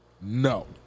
no